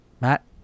Matt